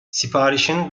siparişin